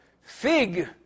fig